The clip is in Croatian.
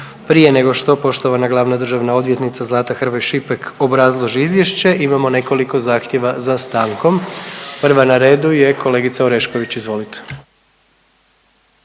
Prije nego što poštovana glavna državna odvjetnica Zlata Hrvoj Šipek obrazloži izvješće imamo nekoliko zahtjeva za stankom. Prva ne redu je kolegica Orešković. Izvolite.